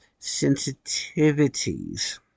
sensitivities